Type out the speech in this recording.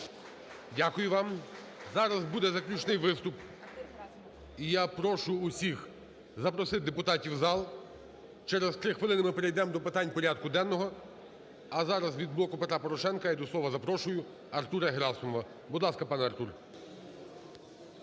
Дякую вам. Зараз буде заключний виступ, і я прошу усіх запросити депутатів в зал. Через 3 хвилини ми перейдемо до питань порядку денного. А зараз від "Блоку Петра Порошенка" я до слова запрошую Артура Герасимова. Будь ласка, пане Артур.